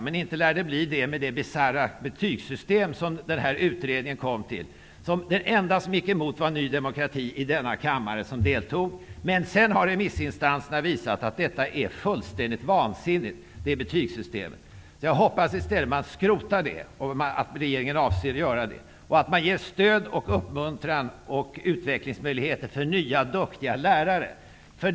Men inte lär det bli så med det bisarra betygssystem som utredningen kom fram till. Den enda av dem som var med i utredningen och som gick emot detta betygssystem i denna kammare var Ny demokratis representant. Senare har remissinstanserna visat att betygssystemet är fullständigt vansinnigt. Jag hoppas att regeringen avser att skrota förslaget och att man ger stöd, uppmuntran och utvecklingsmöjligheter till nya duktiga lärare.